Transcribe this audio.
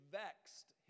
vexed